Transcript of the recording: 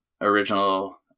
original